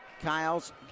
Kyle's